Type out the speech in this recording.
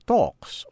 Talks